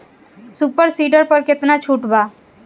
Super seeder पर केतना छूट बा?